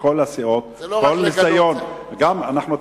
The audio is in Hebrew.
מכל הסיעות, כל ניסיון, זה לא רק לגנות.